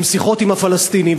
עם שיחות עם הפלסטינים,